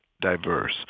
diverse